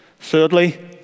Thirdly